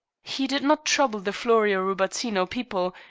he did not trouble the florio-rubattino people,